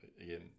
again